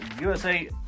USA